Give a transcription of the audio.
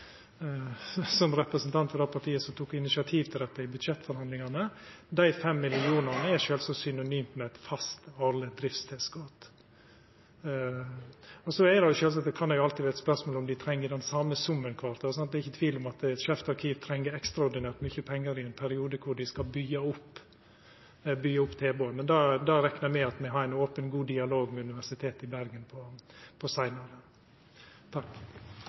som representant for det partiet som tok initiativ til dette i budsjettforhandlingane: Dei 5 mill. kr er sjølvsagt synonymt med eit fast årleg driftstilskot. Så kan det sjølvsagt alltid vera eit spørsmål om dei treng den same summen kvart år. Det er ikkje tvil om at Skeivt arkiv treng ekstraordinært mykje pengar i ein periode då dei skal byggja opp eit tilbod, men det reknar eg med at me har ein open, god dialog med Universitetet i Bergen om seinare.